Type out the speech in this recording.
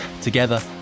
together